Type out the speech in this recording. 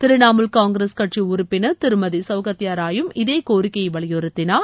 திரிணாமுல் காங்கிரஸ் கட்சி உறுப்பினர் திருமதி சௌகத்தா ராய் யும் இதே கோரிக்கையை வலியுறுத்தினார்